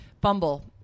Bumble